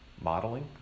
modeling